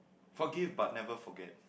forgive but never forget